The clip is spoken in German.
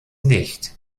nicht